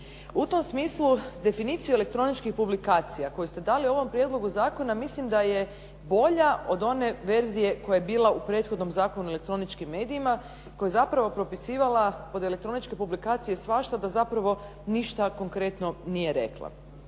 U tom smislu definiciju elektroničkih publikaciju koju ste dali u ovom prijedlogu zakona mislim da je bolja od one verzije koja je bila u prethodnom Zakonu o elektroničkim medijima koja je zapravo propisivala pod elektroničke publikacije svašta da zapravo ništa konkretno nije rekla.